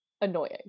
annoying